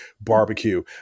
barbecue